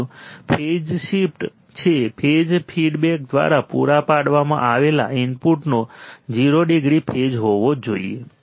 બીજું phase shift છે phase feedback દ્વારા પૂરા પાડવામાં આવેલા ઇનપુટનો 0 ડિગ્રી ફેઝ હોવો જોઈએ